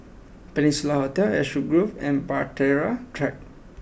Peninsula Hotel Ashwood Grove and Bahtera Track